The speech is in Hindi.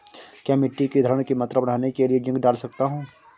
क्या मिट्टी की धरण की मात्रा बढ़ाने के लिए जिंक डाल सकता हूँ?